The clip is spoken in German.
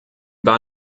war